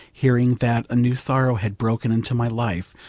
hearing that a new sorrow had broken into my life,